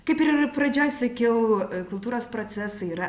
kaip ir pradžioj sakiau kultūros procesai yra